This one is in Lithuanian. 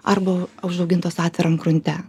arba užaugintos atviram grunte